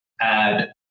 add